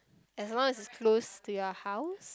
as long as it's close to your house